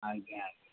ଆଜ୍ଞା